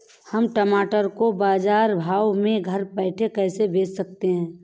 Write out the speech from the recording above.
हम टमाटर को बाजार भाव में घर बैठे कैसे बेच सकते हैं?